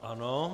Ano.